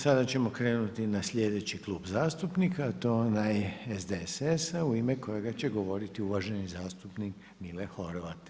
Sada ćemo krenuti na sljedeći Klub zastupnika, a to je onaj SDSS u ime kojega će govoriti uvaženi zastupnik Mile Horvat.